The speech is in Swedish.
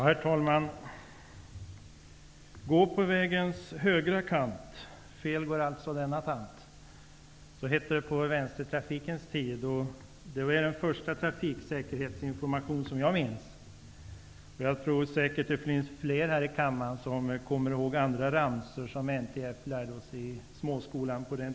Herr talman! ''Gå på vägens högra kant, fel går alltså denna tant.'' Så hette det på vänstertrafikens tid. Det är den första trafiksäkerhetsinformation som jag minns. Jag tror säkert att det är fler här i kammaren som kommer ihåg andra ramsor som NTF lärde oss i småskolan.